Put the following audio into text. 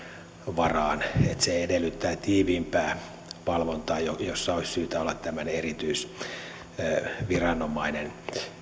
varaan se edellyttää tiiviimpää valvontaa jossa olisi syytä olla tämmöinen erityisviranomainen